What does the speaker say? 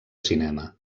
cinema